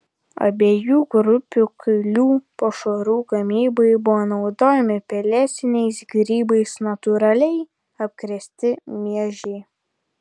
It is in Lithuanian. abiejų grupių kuilių pašarų gamybai buvo naudojami pelėsiniais grybais natūraliai apkrėsti miežiai